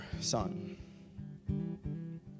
son